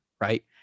Right